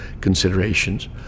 considerations